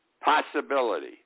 Possibility